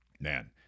man